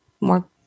more